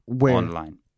online